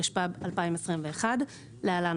התשפ"ב-2021 (להלן,